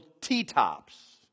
T-tops